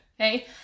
okay